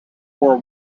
war